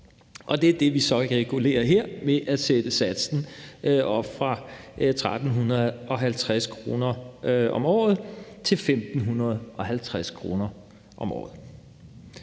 Og det er det, vi så regulerer her ved at sætte satsen op fra 1.350 kr. om året til 1.550 kr. om året.